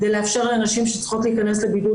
כדי לאפשר לנשים שצריכות להיכנס לבידוד